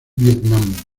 vietnam